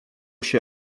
się